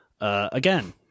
Again